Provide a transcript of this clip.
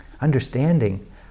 Understanding